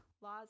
Laws